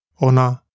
ona